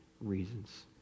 reasons